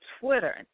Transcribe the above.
Twitter